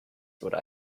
what